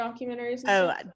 documentaries